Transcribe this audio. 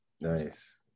Nice